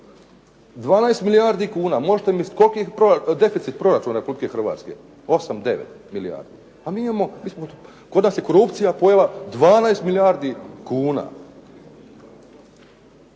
12 milijardi kuna, možete misliti. Koliki je deficit proračuna Hrvatske? 8, 9 milijardi. Kod nas je korupcija pojela 12 milijardi kuna.